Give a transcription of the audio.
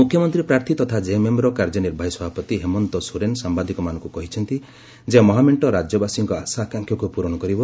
ମୁଖ୍ୟମନ୍ତ୍ରୀ ପ୍ରାର୍ଥୀ ତଥା ଜେଏମ୍ଏମ୍ର କାର୍ଯ୍ୟନିର୍ବାହୀ ସଭାପତି ହେମନ୍ତ ସୋରେନ ସାମ୍ଭାଦିକମାନଙ୍କୁ କହିଛନ୍ତି ଯେ ମହାମେଣ୍ଟ ରାଜ୍ୟବାସୀଙ୍କ ଆଶାଆକାଂକ୍ଷାକୁ ପୂରଣ କରିବ